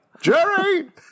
Jerry